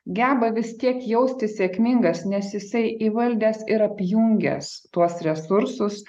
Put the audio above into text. geba vis tiek jaustis sėkmingas nes jisai įvaldęs ir apjungęs tuos resursus